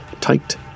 tight